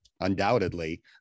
undoubtedly